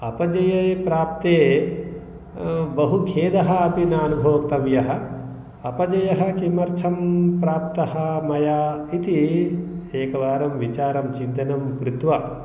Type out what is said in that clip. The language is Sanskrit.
अपजये प्राप्ते बहु खेदः अपि न अनुभोक्तव्यः अपजयः किमर्थं प्राप्तः मया इति एकवारं विचारं चिन्तनं कृत्वा